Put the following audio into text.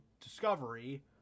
Discovery